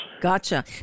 Gotcha